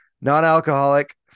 Non-alcoholic